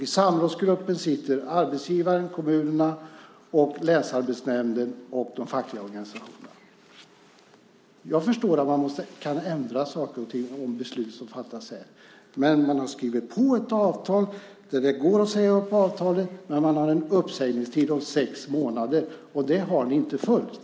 I samrådsgruppen sitter arbetsgivaren, kommunerna, länsarbetsnämnden och de fackliga organisationerna. Jag förstår att man kan ändra saker och ting, även beslut som fattas här, men man har skrivit på ett avtal. Det går att säga upp avtalet, men man har en uppsägningstid på sex månader, och det har ni inte följt.